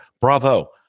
bravo